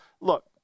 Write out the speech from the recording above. look